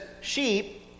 sheep